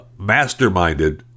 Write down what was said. masterminded